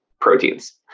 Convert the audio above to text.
proteins